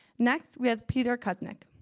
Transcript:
next, we have peter kuznick.